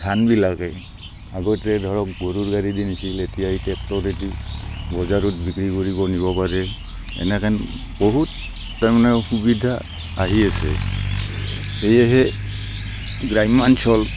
ধানবিলাকে আগতে ধৰক গৰুৰ গাড়ী দি নিছিল এতিয়া ট্ৰেক্টৰেদি বজাৰত বিক্ৰী কৰিব নিব পাৰে এনেকৈ বহুত তাৰমানে সুবিধা আহি আছে সেয়েহে গ্ৰাম্যাঞ্চল